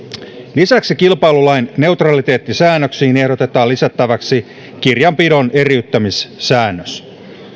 lisäksi kilpailulain neutraliteettisäännöksiin ehdotetaan lisättäväksi kirjanpidon eriyttämissäännös